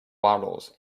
bottles